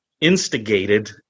instigated